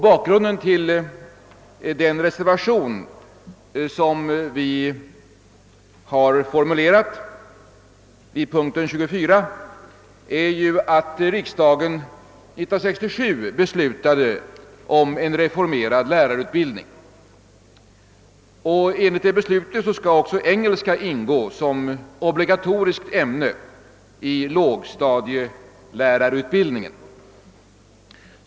Bakgrunden till den reservation som vi har formulerat vid punkten 24 är ju att riksdagen 1967 beslutade om en reformerad lärarutbildning. Enligt det beslutet skall också engelska ingå som obligatoriskt ämne i lågstadielärarutbildningen.